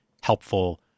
helpful